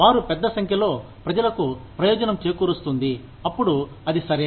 వారు పెద్ద సంఖ్యలో ప్రజలకు ప్రయోజనం చేకూరుస్తుంది అప్పుడు అది సరే